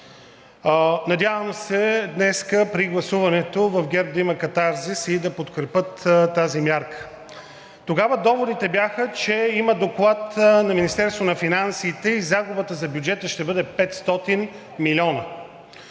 Надявам се днес при гласуването в ГЕРБ да има катарзис и да подкрепят тази мярка. Тогава доводите бяха, че има доклад на Министерството на финансите и загубата за бюджета ще бъде 500 милиона.